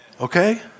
Okay